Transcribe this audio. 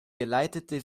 geleitete